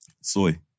Soy